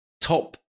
Top